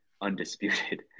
undisputed